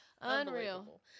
unreal